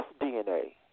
DNA